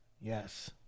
Yes